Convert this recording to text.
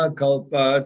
kalpa